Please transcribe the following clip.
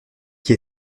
qui